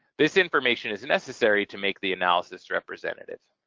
this information is necessary to make the analysis representative.